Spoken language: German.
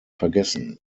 vergessen